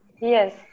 Yes